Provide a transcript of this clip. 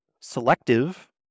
selective